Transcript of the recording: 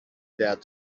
dared